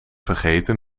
vergeten